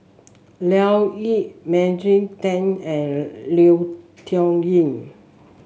Leo Yip Maggie Teng and Lui Tuck Yew